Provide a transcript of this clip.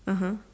(uh huh)